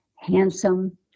handsome